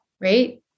right